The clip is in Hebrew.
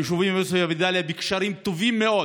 היישובים עוספיא ודאליה בקשרים טובים מאוד